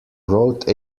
wrote